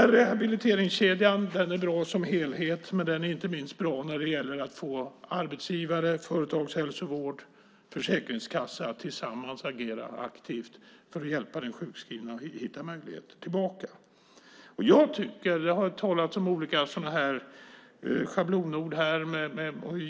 Rehabiliteringskedjan är alltså bra som helhet, och den är inte minst bra när det gäller att få arbetsgivare, företagshälsovård och försäkringskassa att tillsammans agera aktivt för att hjälpa den sjukskrivna att hitta möjligheter tillbaka. Det har använts olika schablonord här.